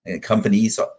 companies